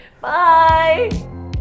Bye